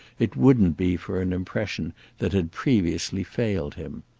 it wouldn't be for an impression that had previously failed him.